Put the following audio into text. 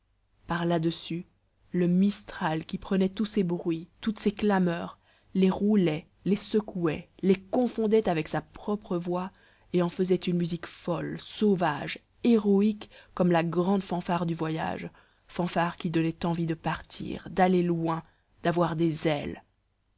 par là-dessus le mistral qui prenait tous ces bruits toutes ces clameurs les roulait les secouait les confondait avec sa propre voix et en faisait une musique folle sauvage héroïque comme la grande fanfare du voyage fanfare qui donnait envie de partir d'aller loin d'avoir des ailes